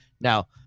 Now